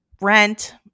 rent